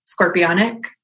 Scorpionic